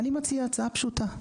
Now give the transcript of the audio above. אני מציע הצעה פשוטה,